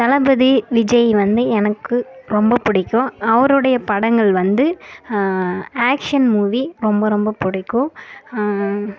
தளபதி விஜய் வந்து எனக்கு ரொம்ப பிடிக்கும் அவரோடைய படங்கள் வந்து ஆக்க்ஷன் மூவி ரொம்ப ரொம்ப பிடிக்கும்